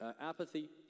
apathy